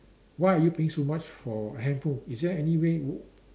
why are you paying so much for handphone is there any way w~